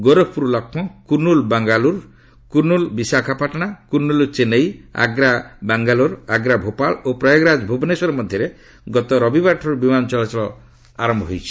ଗୋରଖପୁର ଲକ୍ଷ୍ନୌ କୁର୍ଷ୍ଣୁଲ ବାଙ୍ଗାଲୋର କୁର୍ଷ୍ଣୁଲ୍ ବିଶାଖାପାଟଣା କୁର୍ଣ୍ଣୁଲ୍ ଚେନ୍ନାଇ ଆଗ୍ରା ବାଙ୍ଗାଲୋର ଆଗ୍ରା ଭୋପାଳ ଓ ପ୍ରୟାଗରାଜ ଭୁବନେଶ୍ୱର ମଧ୍ୟରେ ଗତ ରବିବାରଠାରୁ ବିମାନ ଚଳାଚଳ ଆରମ୍ଭ ହୋଇଛି